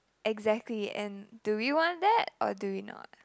exactly and do we want that or do we not